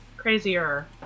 crazier